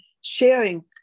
sharing